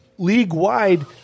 League-wide